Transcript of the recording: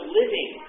living